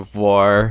war